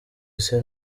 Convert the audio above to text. isi